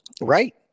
Right